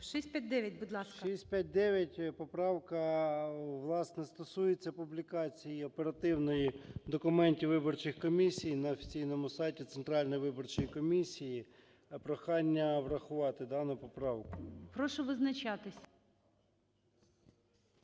ЧЕРНЕНКО О.М. 659 поправка, власне, стосується публікації оперативної документів виборчих комісій на офіційному сайті Центральної виборчої комісії. Прохання врахувати дану поправку. ГОЛОВУЮЧИЙ. Прошу визначатися.